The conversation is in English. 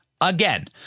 Again